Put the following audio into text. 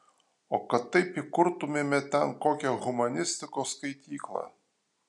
o kad taip įkurtumėme ten kokią humanistikos skaityklą